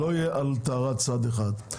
זה לא יהיה על טהרת צד אחד.